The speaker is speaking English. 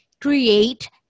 create